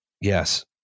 Yes